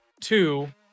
two